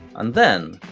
and then,